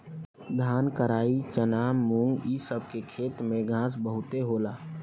धान, कराई, चना, मुंग इ सब के खेत में घास बहुते होला